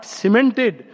cemented